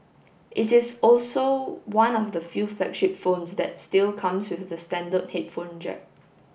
it is also one of the few flagship phones that still comes with the standard headphone jack